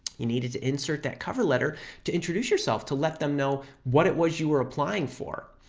you needed to insert that cover letter to introduce yourself, to let them know what it was you were applying for.